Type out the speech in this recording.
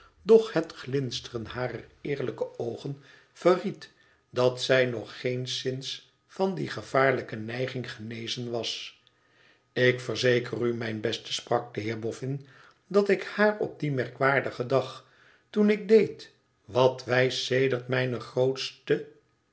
doch het glinsteren harer eerlijke oogen verried dat zij nog geenszins van die gevaarlijke neiging genezen was tik verzeker u mijn beste sprak de heer bofin tdat ik haar op dien merkwaardigen dag toen ik deed wat wij sedert mijne grootste